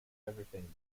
everything